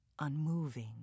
unmoving